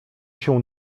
się